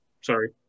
Sorry